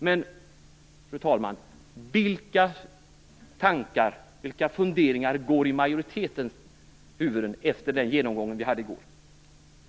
Men, fru talman, åt vilket håll går majoritetens funderingar efter den genomgång vi hade i går?